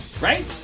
Right